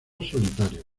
solitarios